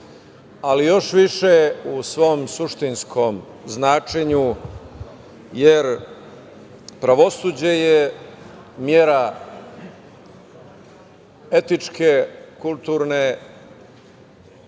ali još više u svom suštinskom značenju, jer pravosuđe je mera etičke, kulturne